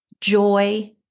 joy